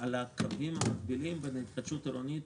על הקווים המקבילים בין התחדשות עירונית